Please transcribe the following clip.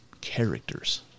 characters